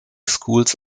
schools